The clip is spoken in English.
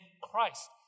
Christ